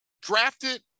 Drafted